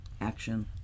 action